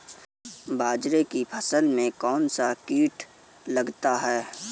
बाजरे की फसल में कौन सा कीट लगता है?